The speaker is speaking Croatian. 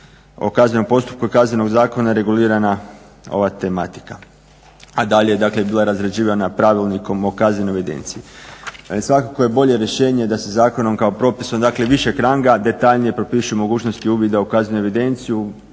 o kaznenom postupku i Kaznenog zakona regulirana ova tematika, a dalje je dakle bila razrađivana Pravilnikom o kaznenoj evidenciji. Svakako je bolje rješenje da se zakonom kao propisom, dakle višeg ranga detaljnije propiše mogućnost i uvida u kaznenu evidenciju,